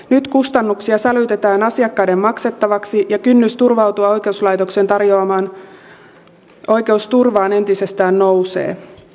nyt kustannuksia sälytetään asiakkaiden maksettavaksi ja kynnys turvautua oikeuslaitoksen tarjoamaan oikeusturvaan entisestään nousee